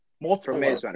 Multiple